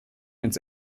ins